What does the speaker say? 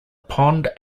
pond